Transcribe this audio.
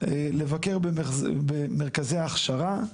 לבקר במרכזי ההכשרה.